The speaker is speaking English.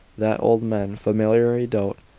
that old men familiarly dote,